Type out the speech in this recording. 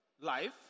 life